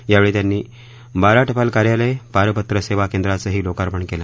यावेळी त्यांनी बारा टपाल कार्यालयं पारपत्र सेवा केंद्रांचंही लोकापर्ण केलं